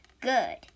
Good